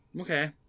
okay